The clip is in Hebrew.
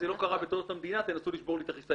זה לא קרה --- ניסו לשבור את החיסיון.